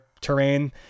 terrain